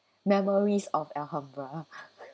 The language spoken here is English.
memories of alhambra